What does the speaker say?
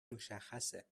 مشخصه